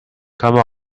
come